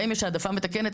להם יש העדפה מתקנת.